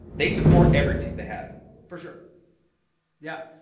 they support every team they have for sure yeah,